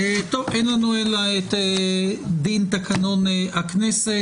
אין לנו אלא את דין תקנון הכנסת.